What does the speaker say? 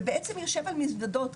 ובעצם יושב על מזוודות,